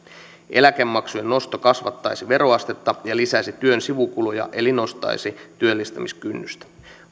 eläkemaksujen nosto kasvattaisi veroastetta ja lisäisi työn sivukuluja eli nostaisi työllistämiskynnystä